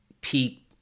peak